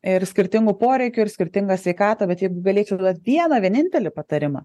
ir skirtingų poreikių ir skirtingą sveikatą bet jeigu galėčiau duot vieną vienintelį patarimą